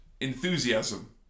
enthusiasm